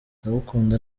ndagukunda